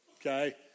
okay